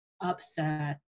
upset